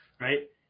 right